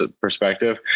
perspective